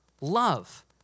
love